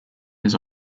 his